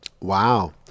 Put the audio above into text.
Wow